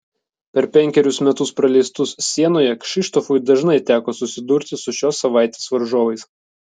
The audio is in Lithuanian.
per penkerius metus praleistus sienoje kšištofui dažnai teko susidurti su šios savaitės varžovais